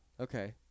Okay